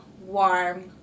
warm